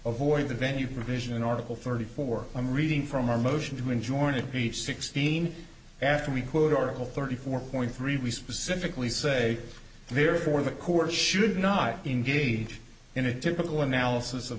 avoid the venue provision in article thirty four i'm reading from our motion to enjoin it reach sixteen after we quote article thirty four point three we specifically say there is for the court should not engage in a typical analysis of